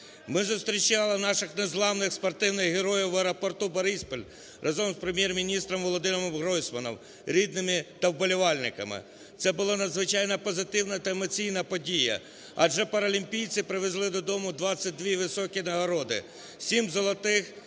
Ми зустрічали наших незламних спортивних героїв в аеропорту "Бориспіль" разом з Прем'єр-міністром Володимиром Гройсманом, рідними та вболівальниками. Це була надзвичайно позитивна та емоційна подія, адже паралімпійці привезли додому 22 високі нагороди: 7 золотих,